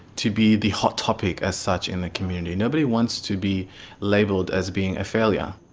to be the hot topic as such, in the community. nobody wants to be labelled as being a failure.